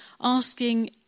asking